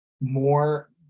more